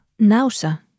Nausa